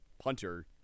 punter